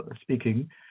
speaking